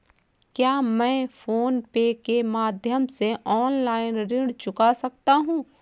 क्या मैं PhonePe के माध्यम से ऑनलाइन ऋण चुका सकता हूँ?